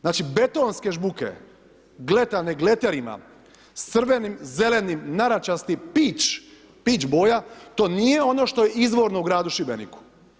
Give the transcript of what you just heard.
Znači, betonske žbuke gletane gleterima s crvenim, zelenim, narandžastim, peach boja, to nije ono što je izvorno u gradu Šibeniku.